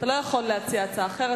אתה לא יכול להציע הצעה אחרת,